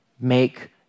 Make